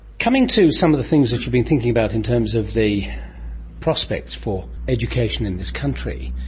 coming to some of the things that you've been thinking about in terms of the prospects for education in this country,